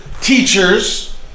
teachers